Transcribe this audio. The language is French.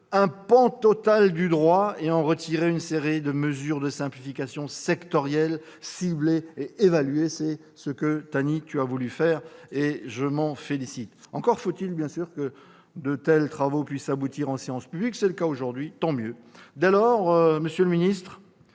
un pan complet du droit pour en retirer une série de mesures de simplification sectorielles, ciblées et évaluées. C'est ce que M. Mohamed Soilihi a voulu faire, et je m'en félicite. Encore faut-il, bien sûr, que de tels travaux puissent aboutir en séance publique. Tel est le cas cet après-midi, et c'est tant mieux. Dès lors, monsieur le ministre,